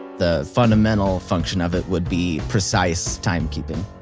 the fundamental function of it would be precise timekeeping.